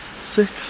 six